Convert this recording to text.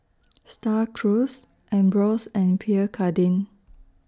STAR Cruise Ambros and Pierre Cardin